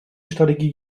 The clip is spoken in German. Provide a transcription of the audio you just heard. strategie